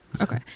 Okay